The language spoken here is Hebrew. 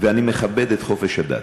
ואני מכבד את חופש הדת,